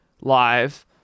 Live